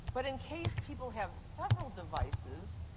but in case people have several devices,